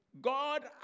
God